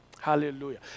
Hallelujah